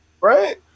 right